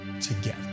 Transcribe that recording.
together